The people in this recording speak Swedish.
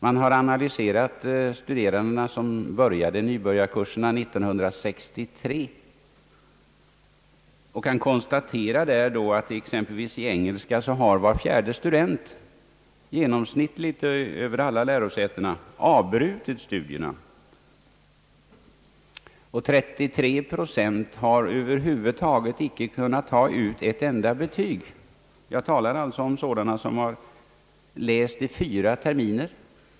Man har analyserat studieresultaten för dem som började nybörjarkurserna 1963. Därvid har konstaterats, att exempelvis i engelska var fjärde student, genomsnittligt fördelade över alla lärosätena, har avbrutit sina studier och att 33 procent över huvud taget inte kunnat ta ett enda betyg. — Jag talar alltså nu om sådana studenter som har läst i fyra terminer.